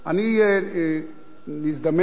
הזדמן לי,